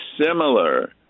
similar